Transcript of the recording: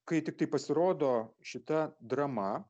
kai tiktai pasirodo šita drama